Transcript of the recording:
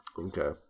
Okay